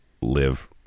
live